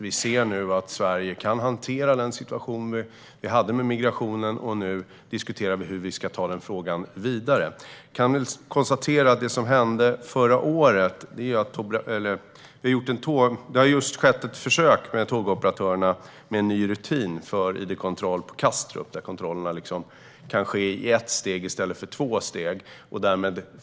Vi ser nu att Sverige kan hantera den situation vi hade med migrationen. Nu diskuterar vi hur vi ska ta den frågan vidare. Det har just gjorts ett försök med en ny rutin för id-kontroll på Kastrup, där kontrollerna kan ske i ett steg i stället för två.